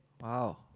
Wow